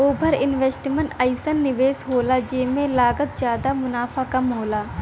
over investment अइसन निवेस होला जेमे लागत जादा मुनाफ़ा कम होला